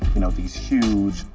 you know, these huge,